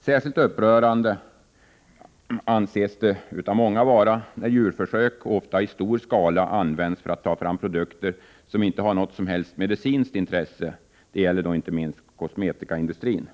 Särskilt upprörande anser många det vara när djurförsök — ofta i mycket stor skala — används för att ta fram produkter som inte har något som helst medicinskt intresse. Det gäller inte minst kosmetikaindustrin.